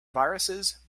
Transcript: viruses